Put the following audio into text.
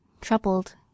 troubled